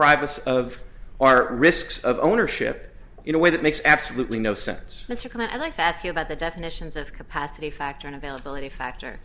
us of our risks of ownership in a way that makes absolutely no sense it's a comment i like to ask you about the definitions of capacity factor in availability factor